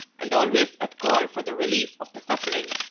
and always at call for the relief of the suffering.